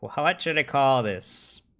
hot chili call this